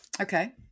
Okay